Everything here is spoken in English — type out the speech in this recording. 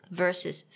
versus